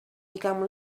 become